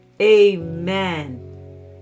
Amen